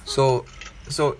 so so